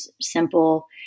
simple